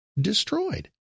destroyed